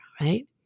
right